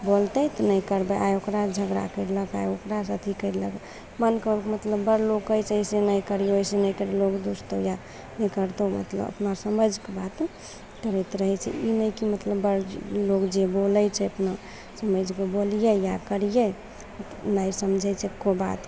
बोलतै तऽ नहि करबय आइ ओकरासँ झगड़ा करलक आइ ओकरासँ अथी कयलक मनके मतलब बड़ लोग कहय छै ऐसे नहि करियौ ऐसे नहि करियौ लोग दूसतौ या ई करतौ मतलब अपना समझके बात करैत रहय छै ई नहि की मतलब बड़ लोग जे बोलय छै अपना समझके बोलियै या करियै नहि समझय छै एक्को बातके